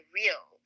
real